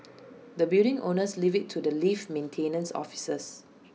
the building owners leave IT to the lift maintenance officers